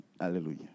Hallelujah